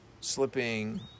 slipping